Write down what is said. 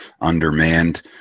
undermanned